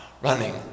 running